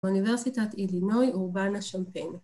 אוניברסיטת אילינוי, אורבנה שמפיינה